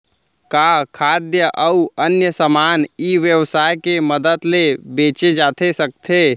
का खाद्य अऊ अन्य समान ई व्यवसाय के मदद ले बेचे जाथे सकथे?